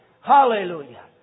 Hallelujah